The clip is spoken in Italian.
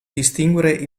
distinguere